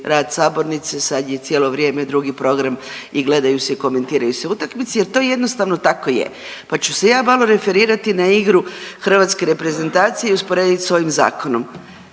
rad sabornice sad je cijelo vrijeme drugi program i gledaju se i komentiraju se utakmice jer to jednostavno tako je, pa ću se ja vama referirati na igru Hrvatske reprezentacije i usporedit s ovim zakonom.